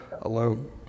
alone